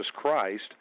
Christ